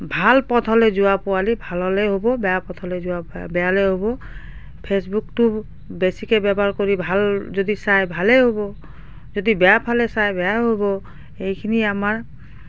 ভাল পথলৈ যোৱা পোৱালি ভাললৈ হ'ব বেয়া পথলৈ যোৱা বেয়া বেয়ালৈ হ'ব ফেচবুকটো বেছিকৈ ব্যৱহাৰ কৰি ভাল যদি চাই ভালেই হ'ব যদি বেয়া ফালে চাই বেয়াই হ'ব সেইখিনি আমাৰ